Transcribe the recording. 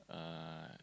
uh